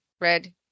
Red